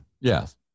Yes